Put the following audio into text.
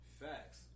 Facts